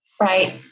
Right